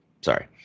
Sorry